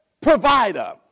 provider